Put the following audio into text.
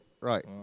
right